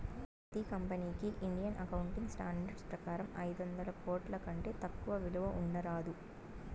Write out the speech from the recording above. ప్రతి కంపెనీకి Indian accounting standards ప్రకారం ఐదొందల కోట్ల కంటే తక్కువ విలువ ఉండరాదు